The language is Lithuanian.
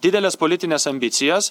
dideles politines ambicijas